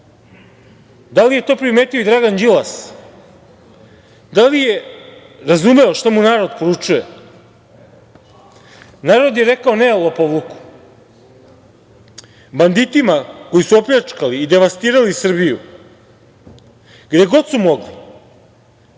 li je to primetio i Dragan Đilas? Da li je razumeo šta mu narod poručuje? Narod je rekao – ne, lopovluku, banditima koji su opljačkali i devastirali Srbiju gde god su mogli,